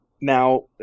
Now